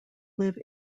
live